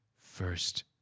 first